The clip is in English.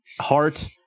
heart